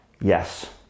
Yes